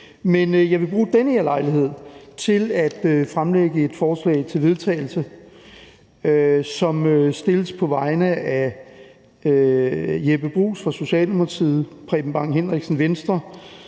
Men jeg vil bruge den her lejlighed til at fremsætte et forslag til vedtagelse, som fremsættes på vegne af Jeppe Bruus, Socialdemokratiet, Preben Bang Henriksen, Venstre,